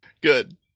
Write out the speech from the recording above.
Good